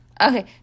Okay